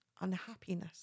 unhappiness